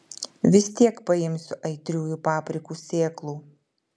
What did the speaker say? vis tiek paimsiu aitriųjų paprikų sėklų